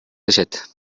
дешет